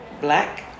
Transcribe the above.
black